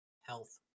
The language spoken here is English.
health